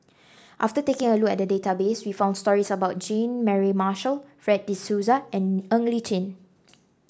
after taking a look at the database we found stories about Jean Mary Marshall Fred De Souza and Ng Li Chin